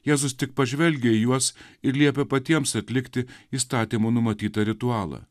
jėzus tik pažvelgia į juos ir liepė patiems atlikti įstatymų numatytą ritualą